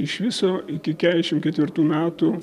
iš viso iki keturiasdešim ketvirtų metų